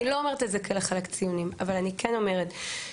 אני לא אומרת את זה כדי לחלק ציונים אבל אני כן אומרת שכאשר